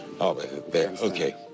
Okay